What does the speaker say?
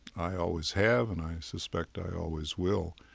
i always have and i suspect i always will.